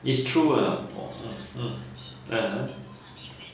it's true lah orh hmm hmm (uh huh)